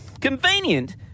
Convenient